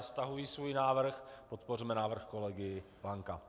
Stahuji svůj návrh, podpořme návrh kolegy Lanka.